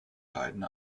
leiden